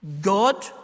God